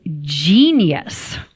genius